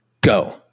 go